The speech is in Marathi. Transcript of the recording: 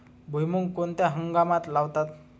भुईमूग कोणत्या हंगामात लावतात?